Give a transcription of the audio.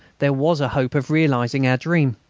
there was a hope of realising our dream.